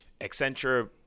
Accenture